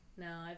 No